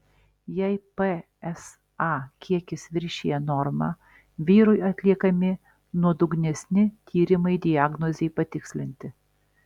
jei psa kiekis viršija normą vyrui atliekami nuodugnesni tyrimai diagnozei patikslinti